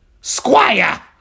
Squire